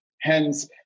Hence